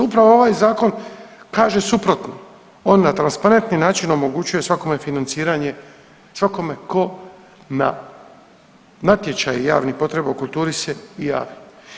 Upravo ovaj zakon kaže suprotno, on na transparentni način omogućuje svakome financiranje svakome ko na natječaj javnih potreba u kulturi se i jave.